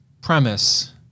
premise